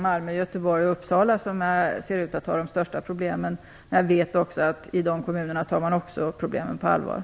Jag tror att det på sikt är lönsamt.